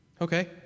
Okay